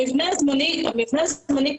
המבנה הזמני קיים.